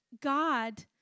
God